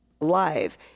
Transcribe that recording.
live